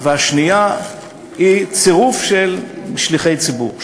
והשנייה היא צירוף של שליחי ציבור.